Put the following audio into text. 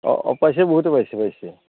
অঁ অঁ পাইছে বহুতে পাইছে পাইছে